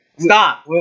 Stop